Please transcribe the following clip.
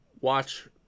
watch